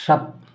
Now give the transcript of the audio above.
सब